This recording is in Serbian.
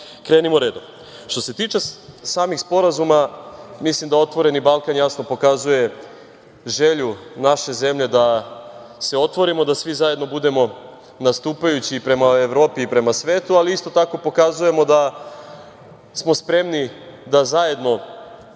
krenimo redom. Što se tiče samih sporazuma mislim da „Otvoreni Balkan“ jasno pokazuje želju naše zemlje da se otvorimo i da svi zajedno budemo nastupajući prema Evropi i prema svetu, ali isto tako pokazujemo da smo spremni da zajedno